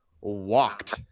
walked